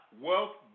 wealth